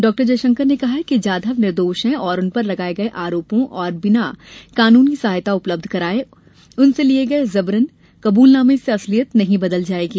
डॉ जयशंकर ने कहा कि जाधव निर्दोष हैं और उन पर लगाये आरोपों और बिना कानूनी सहायता उपलब्ध कराये उनसे लिए गए जबरन कबूलनामे से असलियत नहीं बदल जायेगी